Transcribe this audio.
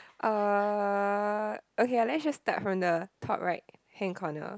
uh okay ah let's just start from the top right hand corner